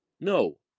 no